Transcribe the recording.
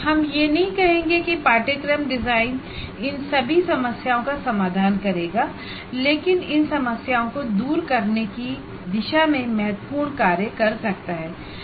हम यह नहीं कहेंगे कि कोर्स डिजाइन इन सभी समस्याओं का समाधान करेगा लेकिन इन समस्याओं को दूर करने की दिशा में महत्वपूर्ण कार्य कर सकता है